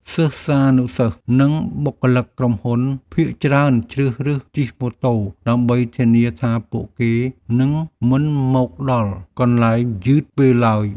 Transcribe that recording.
សិស្សានុសិស្សនិងបុគ្គលិកក្រុមហ៊ុនភាគច្រើនជ្រើសរើសជិះម៉ូតូដើម្បីធានាថាពួកគេនឹងមិនមកដល់កន្លែងយឺតពេលឡើយ។